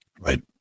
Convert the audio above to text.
Right